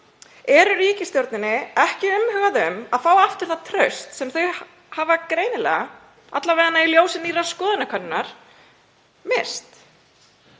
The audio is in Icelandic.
Er ríkisstjórninni ekki umhugað um að fá aftur það traust sem þau hafa greinilega misst, alla vega í ljósi nýrrar skoðanakönnunar?